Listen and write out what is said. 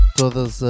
todas